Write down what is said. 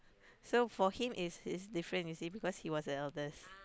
so for him is is different you see because he was the eldest